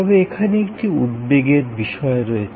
তবে এখানে একটি উদ্বেগের বিষয় রয়েছে